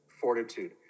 fortitude